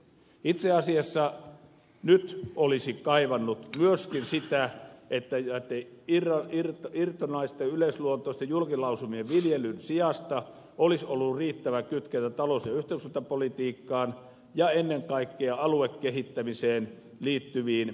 itse asiassa nyt olisi kaivannut myöskin sitä että irtonaisten yleisluontoisten julkilausumien viljelyn sijasta olisi ollut riittävä kytkentä talous ja yhteiskuntapolitiikkaan ja ennen kaikkea aluekehittämiseen liittyviin kysymyksiin